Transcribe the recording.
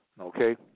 Okay